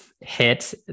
hit